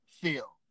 feel